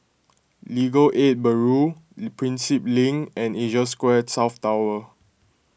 Legal Aid Bureau Prinsep Link and Asia Square South Tower